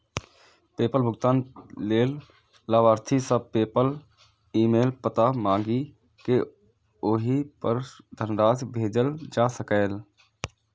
PayPal भुगतान लेल लाभार्थी सं पेपल ईमेल पता मांगि कें ओहि पर धनराशि भेजल जा सकैए